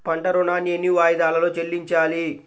పంట ఋణాన్ని ఎన్ని వాయిదాలలో చెల్లించాలి?